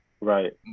Right